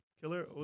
Killer